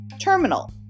terminal